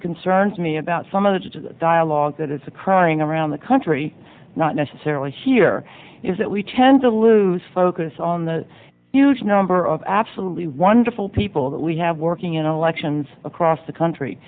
that concerns me about some of the dialogue that is occurring around the country not necessarily here is that we tend to lose focus on the huge number of absolutely wonderful people that we have working in elections across the country